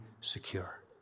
secure